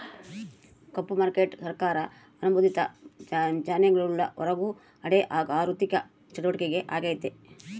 ಕಪ್ಪು market ಸರ್ಕಾರ ಅನುಮೋದಿತ ಚಾನೆಲ್ಗುಳ್ ಹೊರುಗ ನಡೇ ಆಋಥಿಕ ಚಟುವಟಿಕೆ ಆಗೆತೆ